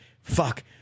Fuck